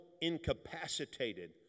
incapacitated